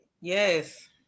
Yes